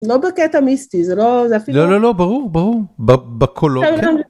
לא בקטע מיסטי, זה לא, זה אפילו... לא, לא, לא, ברור, ברור, בקולות, כן.